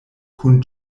kun